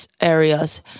areas